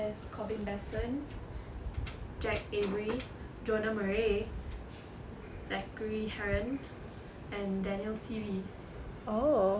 there's Corbyn Besson Jack Avery Jonah Marais Zachary Herron and Daniel Seavey